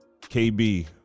KB